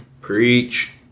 Preach